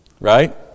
Right